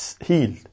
healed